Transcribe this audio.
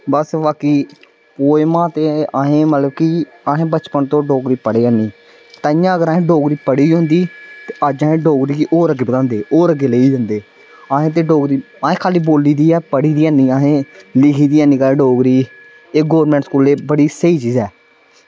बस बाकी पोयमां ते असें मतलव कि असें बचपन तो डोगरी पढ़े ऐनी ताहियें अगर असें डोगरी पढ़ी दी होंदी अज असें डोगरी गी और अग्गें बधांदे और अग्गे लेइयै जंदे असें ते डोगरी असैं खाली बोली दी ऐ पढ़ी दी ऐनी असें लिखी दी ऐनी कदें डोगरी एह् गौरमेंट स्कूलें बड़ी स्हेई चीज ऐ